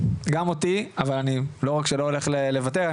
גם אותי אבל אני לא רק שלא הולך לבטל,